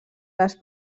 les